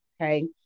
okay